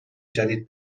جدید